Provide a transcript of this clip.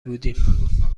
بودیم